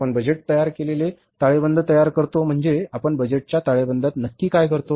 आपण बजेट केलेले ताळेबंद तयार करतो म्हणजे आपण बजेटच्या ताळेबंदात नक्की काय करतो